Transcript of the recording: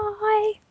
Bye